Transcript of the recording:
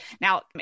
Now